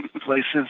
places